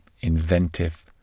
inventive